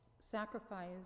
sacrifice